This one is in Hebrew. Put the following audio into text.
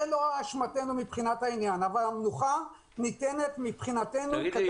זה לא אשמתנו מבחינת העניין אבל המנוחה ניתנת מבחינתנו כדת וכדין.